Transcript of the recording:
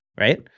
right